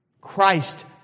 Christ